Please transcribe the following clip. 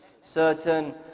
certain